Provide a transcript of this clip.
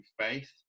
faith